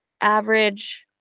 Average